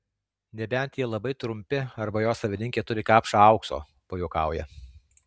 nebent jie labai trumpi arba jo savininkė turi kapšą aukso pajuokauja